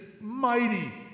mighty